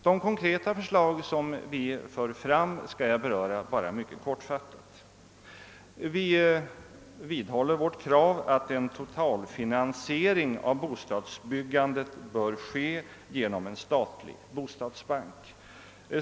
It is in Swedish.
De konkreta förslag som vi för fram skall jag beröra mycket kortfattat. Vi vidhåller vårt krav att en totalfinansiering av bostadsbyggandet bör ske ge nom en statlig bostadsbank.